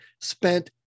spent